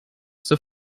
zur